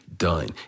done